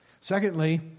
Secondly